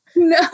No